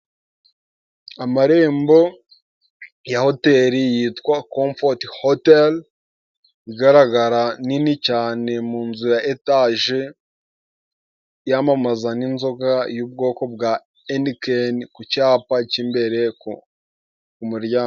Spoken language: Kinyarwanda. Amarembo ya hoteli yitwa Komfoti Hoteli igaragara nini cyane mu nzu ya etaje yamamaza n'inzoga y'ubwoko bwa henikeni ku cyapa cy'imbereye ku muryango.